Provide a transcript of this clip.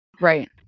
right